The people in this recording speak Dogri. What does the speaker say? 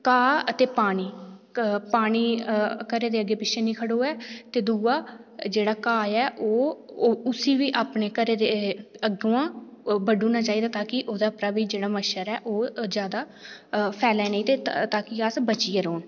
घाऽ ते पानी पानी घरै दे अग्गें पिच्छें निं खड़ोऐ ते दूआ जेह्ड़ा घाऽ ऐ ओह् ते उसी बी अपने घरै दे अगुआं ओह् बड्ढी ओड़ना चाहिदा की के जेहड़ा मच्छर ऐ ओह फैलै नेईं ते अस बचियै रौह्न